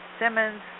Simmons